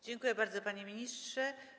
Dziękuję bardzo, panie ministrze.